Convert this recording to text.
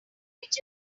which